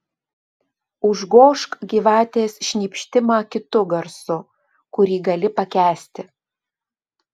užgožk gyvatės šnypštimą kitu garsu kurį gali pakęsti